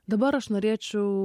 dabar aš norėčiau